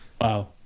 Wow